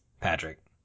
Patrick